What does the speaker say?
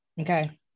Okay